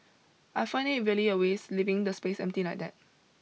I find it really a waste leaving the space empty like that